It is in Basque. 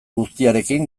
guztiarekin